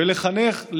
ולחנך,